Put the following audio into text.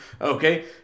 Okay